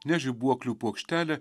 ne žibuoklių puokštelę